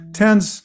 tens